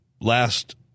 last